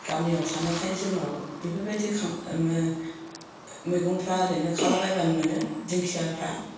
गामियाव थानायखाय जोंनाव बेफोरबायदि मैगंफ्रा ओरैनो खाला बायबानो मोनो दिंखियाफ्रा